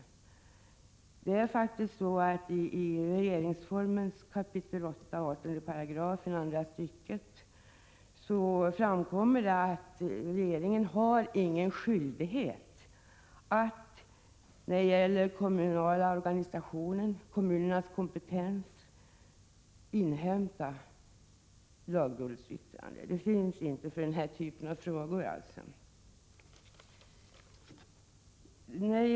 Enligt regeringsformens 8 kap. 18 § andra stycket finns det faktiskt ingen skyldighet för regeringen att i den typ av frågor som berör kommunernas kompetensområde inhämta lagrådets yttrande.